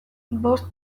bost